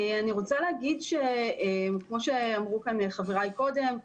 אני רוצה להגיד, כמו שאמרו חבריי קודם,